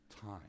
time